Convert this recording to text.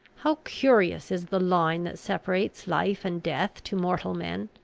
how curious is the line that separates life and death to mortal men!